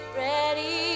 ready